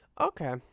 Okay